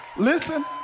Listen